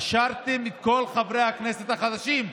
הכשרתם את כל חברי הכנסת החדשים,